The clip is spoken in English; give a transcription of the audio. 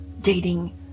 dating